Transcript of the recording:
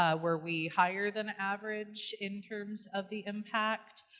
um were we higher than average in terms of the impact?